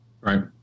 Right